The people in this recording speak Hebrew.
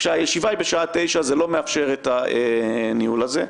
כשהישיבה בשעה 9:00 זה לא מאפשר את הניהול הזה.